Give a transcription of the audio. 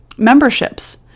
memberships